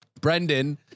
Brendan